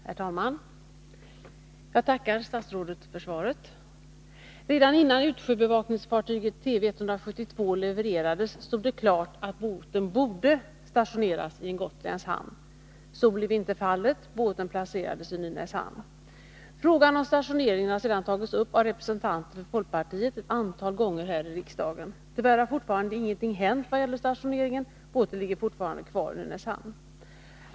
Herr talman! Jag tackar statsrådet för svaret. Redan innan utsjöbevakningsfartyget Tv 172 levererades stod det klart att båten borde stationeras i en gotländsk hamn. Så blev inte fallet. Båten placerades i Nynäshamn. Frågan om stationeringen har sedan tagits upp av representanter för folkpartiet ett antal gånger här i riksdagen. Tyvärr har fortfarande inget hänt vad gäller stationeringen. Båten ligger fortfarande kvar i Nynäshamn.